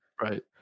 Right